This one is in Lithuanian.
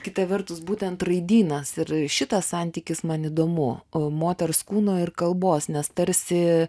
kita vertus būtent raidynas ir šitas santykis man įdomu moters kūno ir kalbos nes tarsi